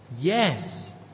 Yes